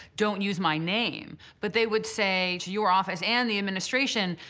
don't use my name, but they would say to your office and the administration,